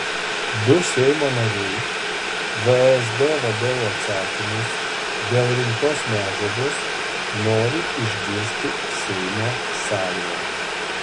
du seimo nariai vsd vadovo atsakymus dėl rinktos medžiagos nori išgirsti seimo salėje